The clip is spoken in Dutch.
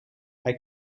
hij